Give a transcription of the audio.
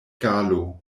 galo